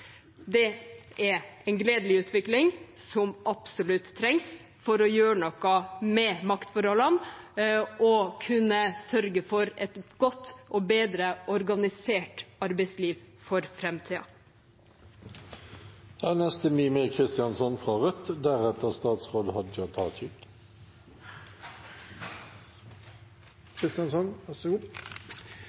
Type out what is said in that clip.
er en gledelig utvikling som absolutt trengs for å gjøre noe med maktforholdene, og for å kunne sørge for et godt og bedre organisert arbeidsliv for framtiden. Det er